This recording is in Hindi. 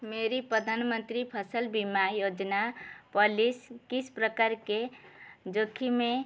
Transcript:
मेरी प्रधान मंत्री फसल बीमा योजना पोलिस किस प्रकार के जोखिम में